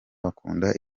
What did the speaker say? bakunda